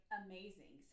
amazing